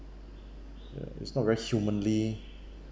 uh it's not very humanly